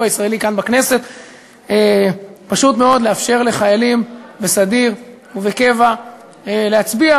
הישראלי: פשוט מאוד לאפשר לחיילים בסדיר ובקבע להצביע